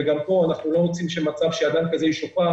גם פה אנחנו לא רוצים שיהיה מצב שאדם כזה ישוחרר,